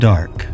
Dark